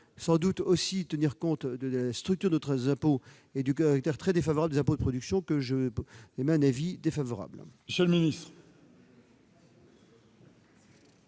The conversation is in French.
nous devons aussi tenir compte de la structure de nos impôts et du caractère très défavorable des impôts de production, la commission émet un avis défavorable